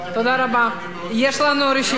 יש לנו רשימת דוברים.